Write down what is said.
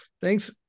Thanks